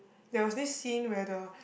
there was this scene where the